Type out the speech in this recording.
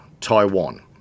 Taiwan